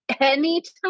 anytime